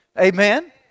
Amen